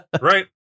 Right